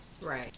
right